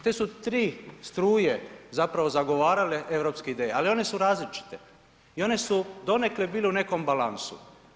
Te su tri struje zapravo zagovarale europske ideje, ali oni su različite i one su donekle bile u nekom balansu.